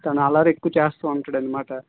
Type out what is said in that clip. తను అల్లరి ఎక్కువ చేస్తుంటాడు అనమాట